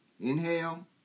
Inhale